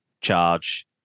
charge